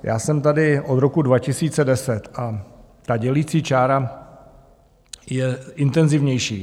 Já jsem tady od roku 2010 a ta dělicí čára je intenzivnější.